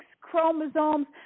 chromosomes